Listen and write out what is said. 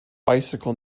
bicycle